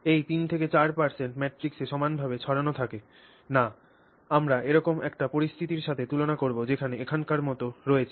এই 3 4 ম্যাট্রিক্সে সমানভাবে ছড়ান থাকে না আমরা এরকম একটি পরিস্থিতির সাথে তুলনা করব যেখানে এখানকার মতো রয়েছে